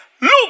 Look